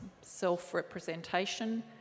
self-representation